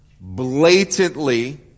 blatantly